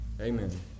Amen